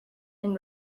and